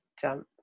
jump